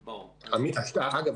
אגב,